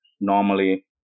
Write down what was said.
Normally